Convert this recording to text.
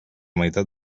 meitat